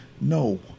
No